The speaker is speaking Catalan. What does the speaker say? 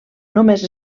només